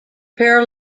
pair